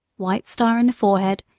white star in the forehead,